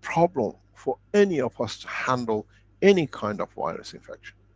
problem for any of us to handle any kind of virus infection.